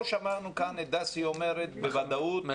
מלא שמענו את דסי אומרת בוודאות ---.